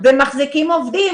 ומחזיקים עובדים.